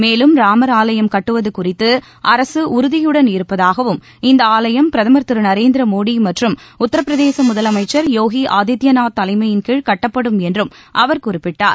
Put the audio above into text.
மேலும் ராமர் ஆலயம் கட்டுவது குறித்து அரசு உறுதியுடன் இருப்பதாகவும் இந்த ஆலயம் பிரதமர் திரு நரேந்திர மோடி மற்றும் உத்தரபிரதேச முதலமைச்சர் போகி ஆதித்பநாத் தலைமயின்கீழ் கட்டப்படும் என்றும் அவர் குறிப்பிட்டார்